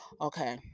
okay